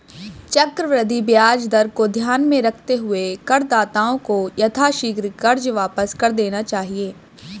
चक्रवृद्धि ब्याज दर को ध्यान में रखते हुए करदाताओं को यथाशीघ्र कर्ज वापस कर देना चाहिए